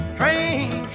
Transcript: train